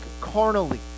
carnally